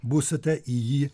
būsite į jį